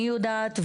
אני יודעת,